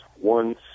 one